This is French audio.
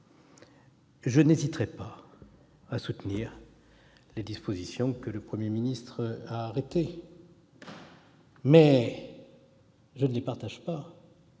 je n'hésiterais pas à soutenir les dispositions que le Premier ministre a arrêtées, mais je ne les partage pas.